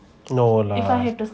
no lah